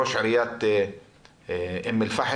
אני מבקש להעלות את ראש עיריית אום אל פאחם,